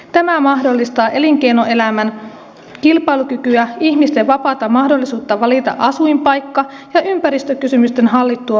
tämä mahdollistaa elinkeinoelämän kilpailukykyä ihmisten vapaata mahdollisuutta valita asuinpaikka ja ympäristökysymysten hallittua huomioimista